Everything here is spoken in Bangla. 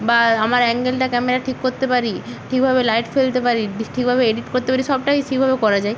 বা আমার অ্যাঙ্গেলটা ক্যামেরার ঠিক করতে পারি কীভাবে লাইট ফেলতে পারি কীভাবে এডিট করতে পারি সবটাই সেইভাবেও করা যায়